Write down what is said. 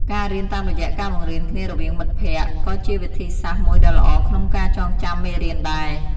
ការរៀនតាមរយៈការបង្រៀនគ្នារវាងមិត្តភក្តិ ក៏ជាវិធីសាស្រ្តមួយដ៏ល្អក្នុងការចងចាំមេរៀនដែរ។